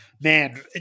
Man